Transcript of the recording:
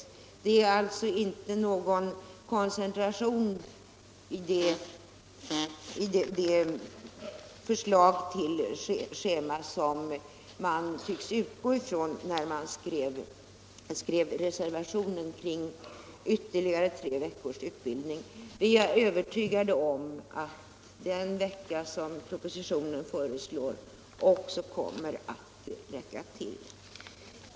Det är alltså inte någon sådan begränsning i schemat som man tydligen har utgått ifrån när man skrev reservationen om ytterligare tre veckors utbildning. Vi är övertygade om att den vecka som föreslås i propositionen kommer att räcka till.